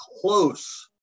close